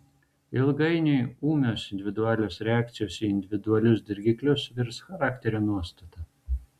ilgainiui ūmios individualios reakcijos į individualius dirgiklius virs charakterio nuostata